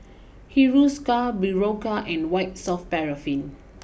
Hiruscar Berocca and White soft Paraffin